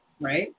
Right